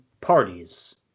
parties